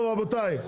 טוב רבותיי,